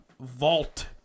vault